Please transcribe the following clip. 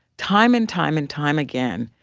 time and time and time again,